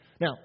Now